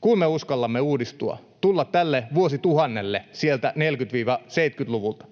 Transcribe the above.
kun me uskallamme uudistua, tulla tälle vuosituhannelle sieltä 40—70-luvulta,